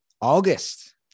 August